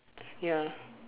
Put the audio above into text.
ya